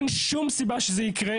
אין שום סיבה שזה יקרה,